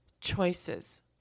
choices